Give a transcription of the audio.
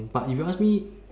but if you ask me